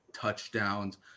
touchdowns